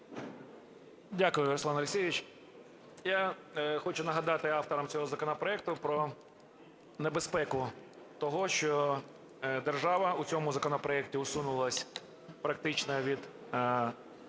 Дякую, Руслан Олексійович. Я хочу нагадати авторам цього законопроекту про небезпеку того, що держава в цьому законопроекті усунулась практично від ринку